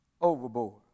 overboard